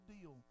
deal